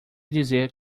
dizer